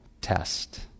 test